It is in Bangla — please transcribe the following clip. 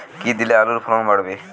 কী দিলে আলুর ফলন বাড়বে?